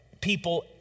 people